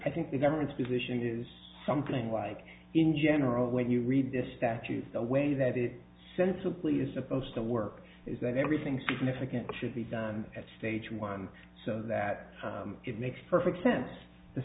pet think the government's position is something like in general when you read this statute the way that it sensibly is supposed to work is that everything significant should be done at stage one so that it makes perfect sense t